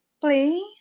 play